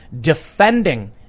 defending